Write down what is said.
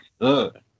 good